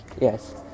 Yes